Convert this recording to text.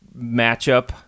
matchup